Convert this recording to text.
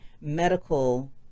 medical